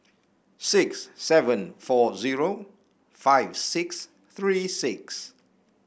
six seven four zero five six three six